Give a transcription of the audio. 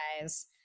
guys